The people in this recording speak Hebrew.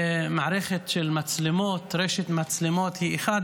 שמערכת של מצלמות, רשת מצלמות, היא אחד